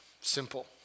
simple